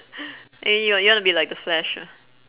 eh you wa~ you want be like the flash ah